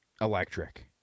electric